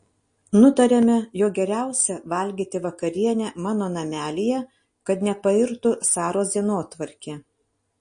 nutariame jog geriausia valgyti vakarienę mano namelyje kad nepairtų saros dienotvarkė